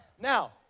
Now